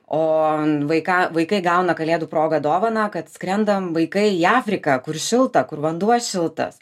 o vaiką vaikai gauna kalėdų proga dovaną kad skrendam vaikai į afriką kur šilta kur vanduo šiltas